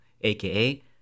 aka